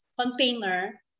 container